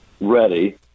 ready